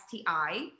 STI